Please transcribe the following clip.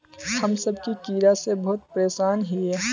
हम सब की कीड़ा से बहुत परेशान हिये?